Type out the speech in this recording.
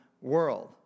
world